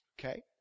Okay